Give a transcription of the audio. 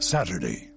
Saturday